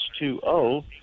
H2O